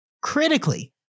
Critically